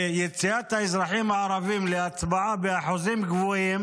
ויציאת האזרחים הערבים להצבעה באחוזים גבוהים